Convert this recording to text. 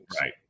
Right